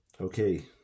Okay